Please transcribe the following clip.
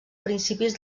principis